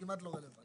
זה כמעט לא רלוונטי.